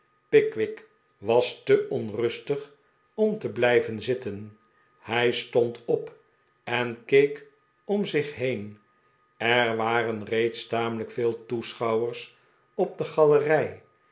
pickwick was te onrustig om te blijven zitten hij stond op en keek om zich heen er waren reeds tamelijk veel toeschouwers op de galerij